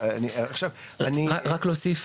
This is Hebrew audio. רק להוסיף,